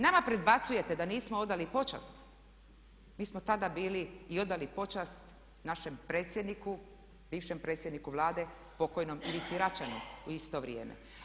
Nama predbacujete da nismo odali počast, mi smo tada bili i odali počast našem predsjedniku, bivšem predsjedniku Vlade, pokojnom Ivici Račanu u isto vrijeme.